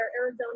Arizona